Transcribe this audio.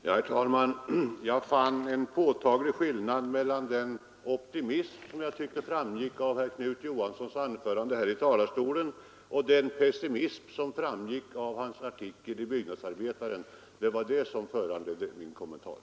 Herr talman! Jag fann en påtaglig skillnad mellan den optimism som jag tyckte framgick av herr Knut Johanssons anförande här i talarstolen och den pessimism som framgick av hans artikel i Byggnadsarbetaren. Det var det som föranledde min kommentar.